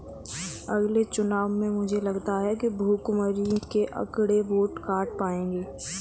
अगले चुनाव में मुझे लगता है भुखमरी के आंकड़े वोट काट पाएंगे